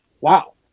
wow